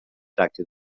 tracti